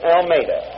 Almeida